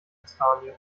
kastanie